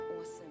awesome